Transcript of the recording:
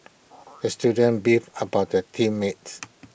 the student beefed about the team mates